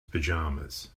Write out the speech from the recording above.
pajamas